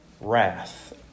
wrath